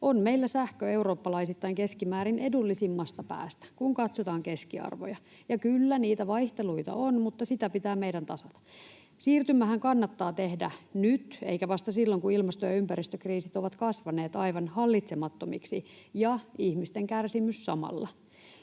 on meillä sähkö eurooppalaisittain keskimäärin edullisimmasta päästä, kun katsotaan keskiarvoja. Ja kyllä, vaihteluita on, mutta sitä pitää meidän tasata. Siirtymähän kannattaa tehdä nyt eikä vasta silloin, kun ilmasto- ja ympäristökriisit ovat kasvaneet aivan hallitsemattomiksi ja ihmisten kärsimys samalla.